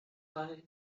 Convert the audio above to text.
like